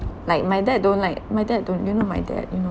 like my dad don't like my dad don't you know my dad you know